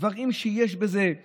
דברים שיש בהם שורשיות,